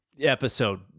episode